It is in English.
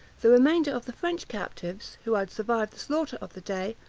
the remainder of the french captives, who had survived the slaughter of the day,